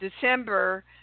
December –